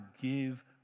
give